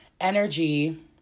energy